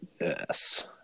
Yes